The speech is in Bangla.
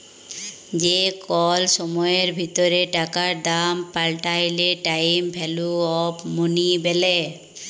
যে কল সময়ের ভিতরে টাকার দাম পাল্টাইলে টাইম ভ্যালু অফ মনি ব্যলে